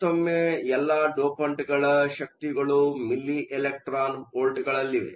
ಮತ್ತೊಮ್ಮೆ ಎಲ್ಲಾ ಡೋಪಂಟ್ಗಳ ಶಕ್ತಿಗಳು ಮಿಲಿ ಎಲೆಕ್ಟ್ರಾನ್ ವೋಲ್ಟ್ಗಳಲ್ಲಿವೆ